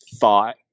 thought